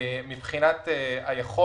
הוא יאפשר לממשלה בכל זאת להתנהל,